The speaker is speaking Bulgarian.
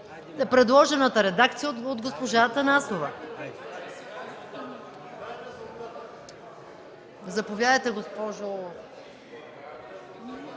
предложената редакция от госпожа Атанасова. Заповядайте, госпожо